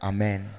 Amen